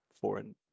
foreign